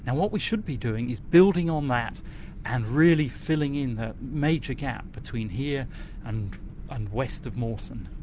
and what we should be doing is building on that and really filling in the major gap between here and and west of mawson.